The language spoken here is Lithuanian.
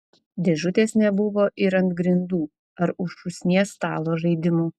dėžutės nebuvo ir ant grindų ar už šūsnies stalo žaidimų